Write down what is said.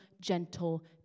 gentle